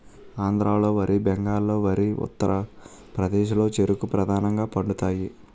ఆంధ్రాలో వరి బెంగాల్లో వరి ఉత్తరప్రదేశ్లో చెరుకు ప్రధానంగా పండుతాయి